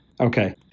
Okay